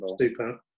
super